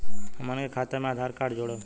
हमन के खाता मे आधार कार्ड जोड़ब?